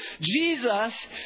Jesus